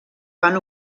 van